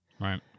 Right